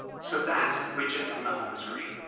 so that's widgets on the home screen.